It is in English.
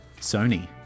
Sony